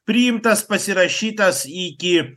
priimtas pasirašytas iki